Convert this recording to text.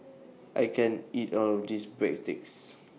I can't eat All of This Breadsticks